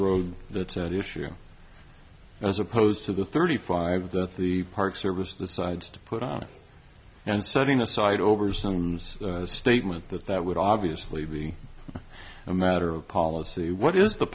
road that issue as opposed to the thirty five that the park service the sides to put on it and setting aside over sums the statement that that would obviously be a matter of policy what is the